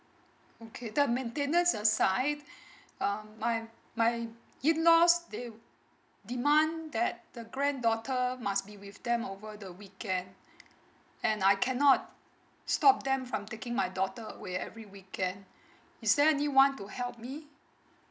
okay the maintenance aside um my my in laws they demand that the granddaughter must be with them over the weekend and I cannot stop them from taking my daughter away every weekend is there anyone to help me